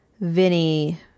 Vinny